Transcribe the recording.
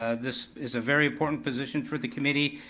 ah this is a very important position for the committee.